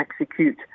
execute